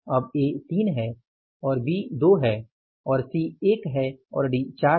अब A 3 है और B 2 है और C 1 है और D 4 है